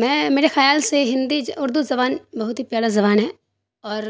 میں میرے خیال سے ہندی اردو زبان بہت ہی پیارا زبان ہے اور